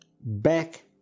back